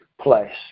place